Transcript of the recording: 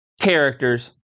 characters